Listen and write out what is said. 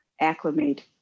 acclimate